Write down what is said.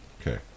Okay